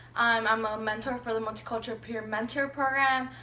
um i'm a mentor for the multicultural peer mentor program.